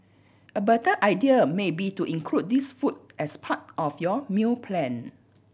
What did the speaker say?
a better idea may be to include these foods as part of your meal plan